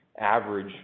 average